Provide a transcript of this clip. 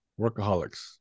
Workaholics